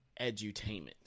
edutainment